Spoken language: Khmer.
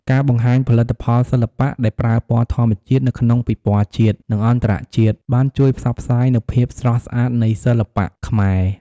ការបង្ហាញផលិតផលសិល្បៈដែលប្រើពណ៌ធម្មជាតិនៅក្នុងពិព័រណ៍ជាតិ និងអន្តរជាតិបានជួយផ្សព្វផ្សាយនូវភាពស្រស់ស្អាតនៃសិល្បៈខ្មែរ។